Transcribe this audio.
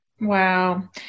Wow